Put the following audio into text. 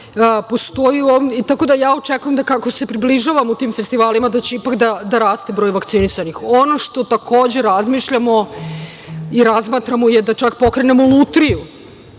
tako da očekujem da kako se približavamo tim festivalima da će ipak da raste broj vakcinisanih. Ono što takođe razmišljamo i razmatramo je da čak pokrenemo lutriju,